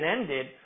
ended